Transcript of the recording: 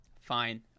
Fine